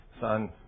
Son